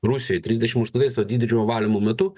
rusijoj trisdešim aštuntais to didžiojo valymo metu